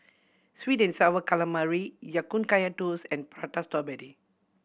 sweet and Sour Calamari Ya Kun Kaya Toast and Prata Strawberry